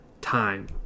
time